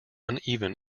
uneven